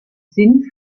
sinn